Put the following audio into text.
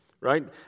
right